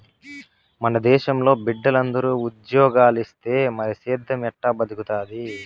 మన దేశంలో బిడ్డలందరూ ఉజ్జోగాలిస్తే మరి సేద్దెం ఎట్టా బతుకుతాది